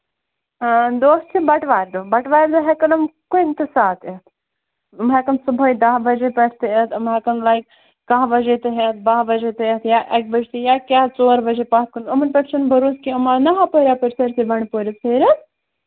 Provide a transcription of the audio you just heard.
آ دۄہ چھُ بَٹہٕ وارِ دۄہ بَٹہٕ وارِ دۄہ ہٮ۪کَن یِم کُنہِ تہِ ساتہٕ یِتھ یِم ہٮ۪کَن صبُحٲے دَہ بَجے پٮ۪ٹھ تہِ یِتھ یِم ہٮ۪کَن لایک کاہ بَجے تہِ یِتھ باہ بَجے تہِ یِتھ یا اَکہِ بَجہِ تہِ یا کیٛاہ ژور بَجے پَتھ کُن یِمَن پٮ۪ٹھ چھُنہٕ بَروسہٕ کیٚنٛہہ یِم آیہِ نا یَپٲرۍ ہُپٲرۍ سٲرۍسٕے بَنٛڈپوٗرِس پھیٖرِتھ